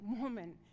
woman